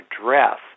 address